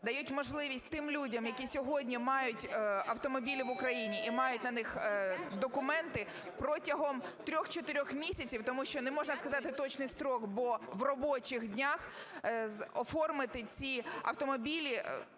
дають можливість тим людям, які сьогодні мають автомобілі в Україні і мають на них документи, протягом 3-4 місяців (тому що не можна сказати точний строк, бо у робочих днях) оформити ці автомобілі